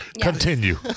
Continue